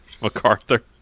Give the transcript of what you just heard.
MacArthur